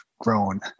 grown